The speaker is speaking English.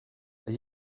are